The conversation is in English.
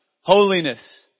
holiness